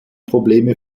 probleme